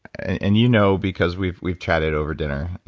and you know because we've we've chatted over dinner.